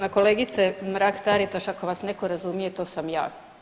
Ma kolegice Mrak Taritaš ako vas netko razumije to sam ja.